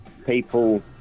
people